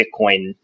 Bitcoin